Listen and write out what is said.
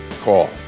call